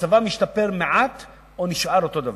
מצבם השתפר מעט או נשאר אותו דבר,